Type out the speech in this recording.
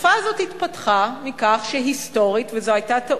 התופעה הזאת התפתחה מכך שהיסטורית, וזו היתה טעות,